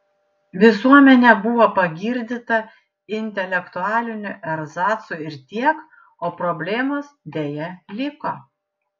visuomenė buvo pagirdyta intelektualiniu erzacu ir tiek o problemos deja liko